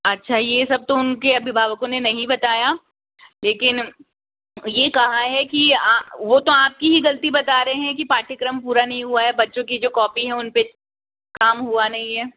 अच्छा ये सब तो उनके अभिभावकों ने नहीं बताया लेकिन ये कहा है कि आ वो तो आपकी ही गलती बता रहे हैं कि पाठ्यक्रम पूरा नहीं हुआ है बच्चों कि जो कॉपी है उन पे काम हुआ नहीं है